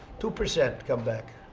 two percent come back.